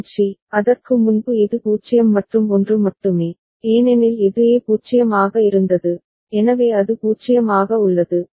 மற்றும் சி அதற்கு முன்பு இது 0 மற்றும் 1 மட்டுமே ஏனெனில் இது A 0 ஆக இருந்தது எனவே அது 0 ஆக உள்ளது